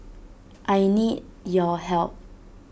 I need your help